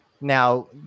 Now